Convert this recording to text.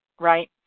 Right